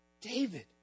David